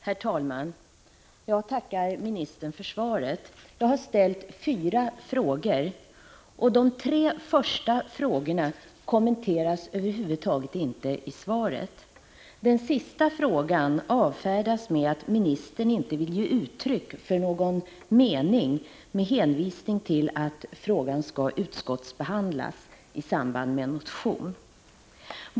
Herr talman! Jag tackar ministern för svaret. Jag har ställt fyra frågor, men de tre första frågorna kommenteras över huvud taget inte i svaret. Den sista frågan avfärdas med att ministern inte vill ge uttryck för någon mening med hänvisning till att frågan skall utskottsbehandlas i samband med en motion.